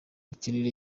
ukinira